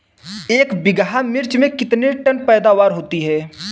एक बीघा मिर्च में कितने टन पैदावार होती है?